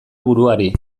buruari